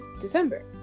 December